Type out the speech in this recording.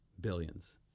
billions